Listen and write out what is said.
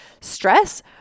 stress